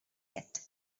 yet